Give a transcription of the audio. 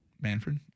Manfred